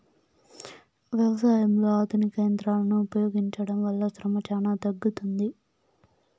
వ్యవసాయంలో ఆధునిక యంత్రాలను ఉపయోగించడం వల్ల శ్రమ చానా తగ్గుతుంది